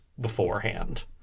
beforehand